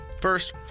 First